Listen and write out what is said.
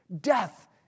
Death